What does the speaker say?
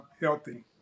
healthy